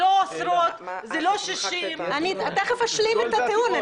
זה לא 60 --- אני תיכף אשלים את הטיעון,